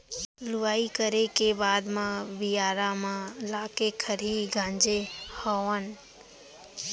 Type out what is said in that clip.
लुवई करे के बाद म बियारा म लाके खरही गांजे हँव